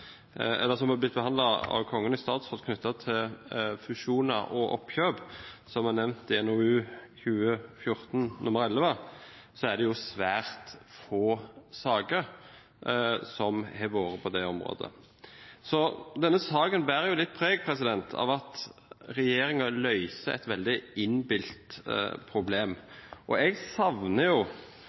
eller som er blitt behandlet av Kongen i statsråd – knyttet til fusjoner og oppkjøp, som nevnt i NOU 2014: 11, har det vært svært få saker på det området. Denne saken bærer litt preg av at regjeringen løser et veldig innbilt problem. Jeg savner